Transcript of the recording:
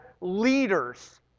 leaders